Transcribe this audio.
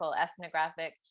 ethnographic